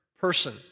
person